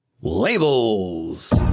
labels